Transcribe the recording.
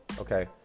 Okay